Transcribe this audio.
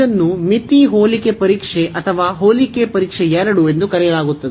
ಇದನ್ನು ಮಿತಿ ಹೋಲಿಕೆ ಪರೀಕ್ಷೆ ಅಥವಾ ಹೋಲಿಕೆ ಪರೀಕ್ಷೆ 2 ಎಂದು ಕರೆಯಲಾಗುತ್ತದೆ